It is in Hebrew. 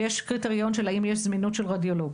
ויש קריטריון של האם יש זמינות של רדיולוגים,